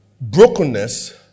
brokenness